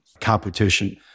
competition